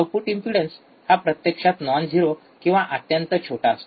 output impedance प्रत्यक्षात हा non zero किंवा अत्यंत छोटा असतो